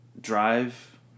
drive